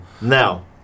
now